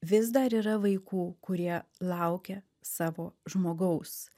vis dar yra vaikų kurie laukia savo žmogaus